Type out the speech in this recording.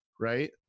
right